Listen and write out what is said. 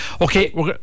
Okay